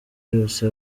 yose